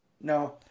No